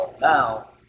now